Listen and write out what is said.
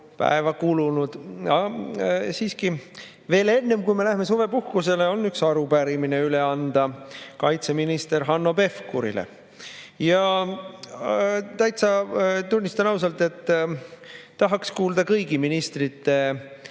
päeva kulunud. Siiski, veel enne kui me läheme suvepuhkusele, on üks arupärimine üle anda kaitseminister Hanno Pevkurile. Ja tunnistan täitsa ausalt, et tahaks kuulda kõigi ministrite